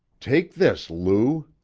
take this, lou.